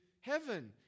heaven